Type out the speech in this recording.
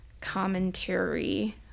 commentary